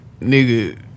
nigga